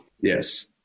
yes